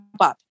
up